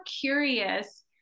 curious